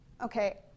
Okay